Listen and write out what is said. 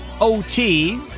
OT